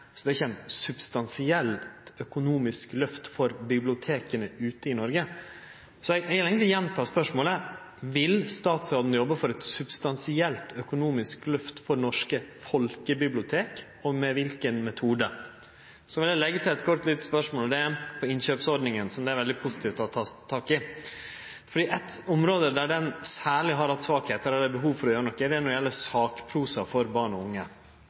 så det er ikkje eit substansielt økonomisk løft for biblioteka i Noreg. Så eg vil eigentleg gjenta spørsmålet: Vil statsråden jobbe for eit substansielt økonomisk løft for norske folkebibliotek – og med kva metode? Så vil eg leggje til eit kort spørsmål, og det gjeld innkjøpsordninga, som det er veldig positivt at ein tek tak i. Eitt område der det særleg har vore svakheiter, og der det er behov for å gjere noko, er sakprosa for barn og unge.